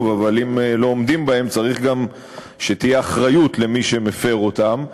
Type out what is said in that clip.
אבל אם לא עומדים בהם צריך גם שתהיה אחריות למי שמפר אותם,